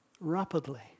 rapidly